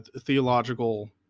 theological